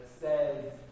says